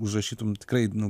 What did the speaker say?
užrašytum tikrai nu